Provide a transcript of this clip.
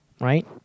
right